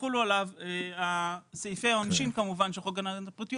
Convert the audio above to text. ויחולו עליו סעיפי העונשין כמובן של חוק הגנת הפרטיות